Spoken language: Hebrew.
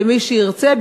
למי שירצה,